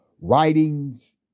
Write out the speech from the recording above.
writings